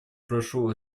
прошу